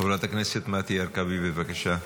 חברת הכנסת מטי הרכבי, בבקשה,